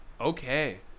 okay